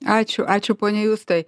ačiū ačiū pone justai